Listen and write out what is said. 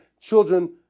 Children